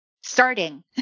starting